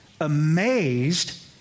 amazed